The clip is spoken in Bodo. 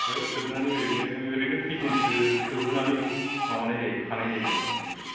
थोबबाय थोबनानै ओरैनो ओरैनो खैदिनसो थोबहोनानै बेखौ माबानाय जायो खानाय जायो जेनोबा एकसुलि